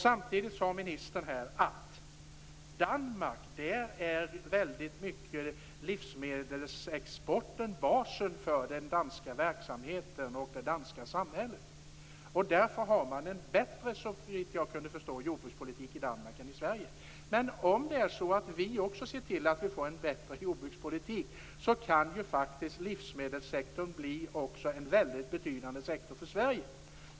Samtidigt sade ministern att livsmedelsexporten i Danmark till stor del är basen för den danska verksamheten och för det danska samhället. Och därför har man, såvitt jag kunde förstå, en bättre jordbrukspolitik i Danmark än i Sverige. Men om vi ser till att vi får en bättre jordbrukspolitik kan ju livsmedelssektorn faktiskt bli en mycket betydande sektor även för Sverige.